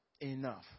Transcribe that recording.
enough